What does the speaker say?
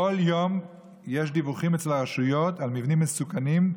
בכל יום יש דיווחים אל הרשויות על מבנים מסוכנים.